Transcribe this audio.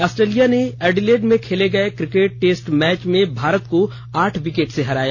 Australia ने Adelaide में खेले गए क्रिकेट टेस्ट मैच में भारत को आठ विकेट से हराया